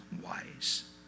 wise